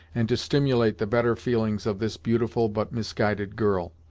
and to stimulate the better feelings of this beautiful, but misguided girl,